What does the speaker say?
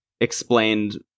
explained